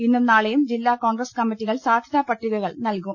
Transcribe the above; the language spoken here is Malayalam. ഇന്നും നാളെയും ജില്ലാ കോൺഗ്രസ് കമ്മിറ്റികൾ സാധ്യതാ പട്ടികകൾ നൽകും